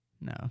No